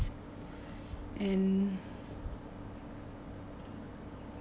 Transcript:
and